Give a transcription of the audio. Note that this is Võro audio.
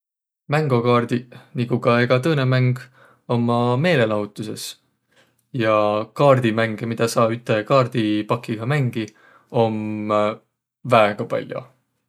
Mängokaardiq, nigu ka egä tõnõ mäng, ummaq meelelahutusõs. Ja kaardimänge, midä saa üte kaardipakiga mängiq, om väega pall'o.